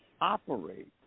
operate